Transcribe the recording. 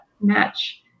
match